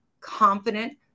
confident